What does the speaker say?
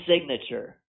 signature